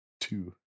Two